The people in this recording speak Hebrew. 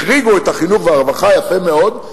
החריגו את החינוך והרווחה, יפה מאוד.